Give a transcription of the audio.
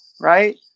right